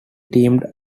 teamed